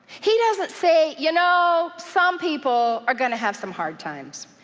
he doesn't say, you know, some people are gonna have some hard times.